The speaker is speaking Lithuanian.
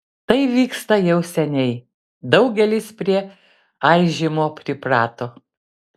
tai vyksta jau seniai daugelis prie aižymo priprato